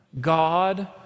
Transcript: God